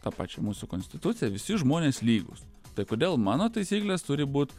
tą pačią mūsų konstituciją visi žmonės lygūs tai kodėl mano taisyklės turi būt